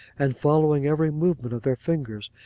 and following every movement of their fingers,